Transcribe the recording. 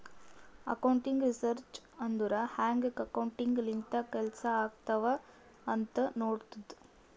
accounting research ಅಂದುರ್ ಹ್ಯಾಂಗ್ accounting ಲಿಂತ ಕೆಲ್ಸಾ ಆತ್ತಾವ್ ಅಂತ್ ನೋಡ್ತುದ್